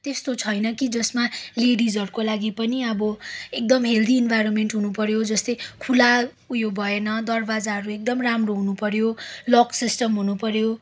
त्यस्तो छैन कि जसमा लेडिजहरूको लागि पनि अब एकदमै हेल्दी इन्भाइरोमेन्ट हुनुपर्यो जस्तै खुला उयो भएन दरवाजाहरू एकदम राम्रो हुनुपर्यो लक सिस्टम हुनुपर्यो